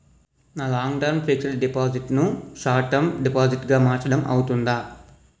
నా long term fixed deposit ను short term deposit గా మార్చటం అవ్తుందా?